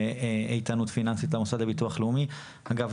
איתנות פיננסית למוסד לביטוח לאומי; אגב,